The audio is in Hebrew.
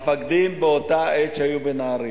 המפקדים שהיו באותה עת בנהרייה.